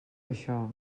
això